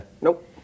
Nope